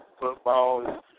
football